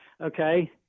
Okay